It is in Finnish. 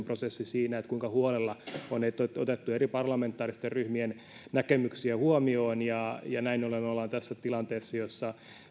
prosessi siinä kuinka huolella on otettu eri parlamentaaristen ryhmien näkemyksiä huomioon ja ja näin ollen me olemme tässä tilanteessa jossa